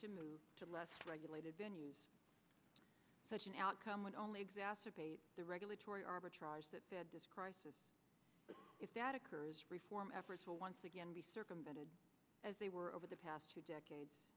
to move to a less regulated venue such an outcome would only exacerbate the regulatory arbitrage that did this crisis but if that occurs reform efforts will once again be circumvented as they were over the past two decades